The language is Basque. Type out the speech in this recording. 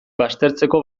baztertzeko